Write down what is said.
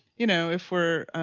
you know, if we're